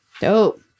Dope